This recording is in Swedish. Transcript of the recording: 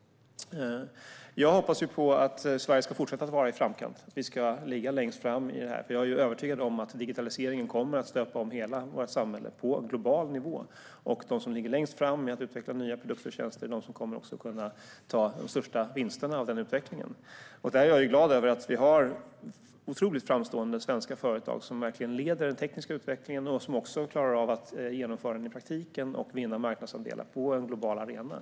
Jag hoppas att Sverige ska fortsätta att vara i framkant. Vi ska ligga längst fram i fråga om detta. Jag är övertygad om att digitaliseringen kommer att stöpa om hela vårt samhälle på global nivå. Och de som ligger längst fram med att utveckla nya produkter och tjänster är också de som kommer att få de största vinsterna av denna utveckling. Jag är mycket glad över att vi har otroligt framstående svenska företag som verkligen leder den tekniska utvecklingen och som också klarar av att genomföra den i praktiken och vinna marknadsandelar på en global arena.